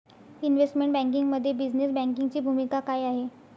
Investment बँकिंगमध्ये business बँकिंगची भूमिका काय आहे?